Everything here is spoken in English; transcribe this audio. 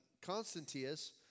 Constantius